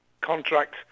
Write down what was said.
contract